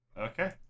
Okay